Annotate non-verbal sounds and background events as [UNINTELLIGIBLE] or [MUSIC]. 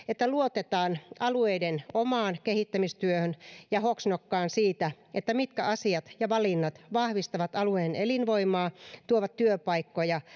[UNINTELLIGIBLE] että luotetaan alueiden omaan kehittämistyöhön ja hoksnokkaan siitä mitkä asiat ja valinnat vahvistavat alueen elinvoimaa tuovat työpaikkoja [UNINTELLIGIBLE]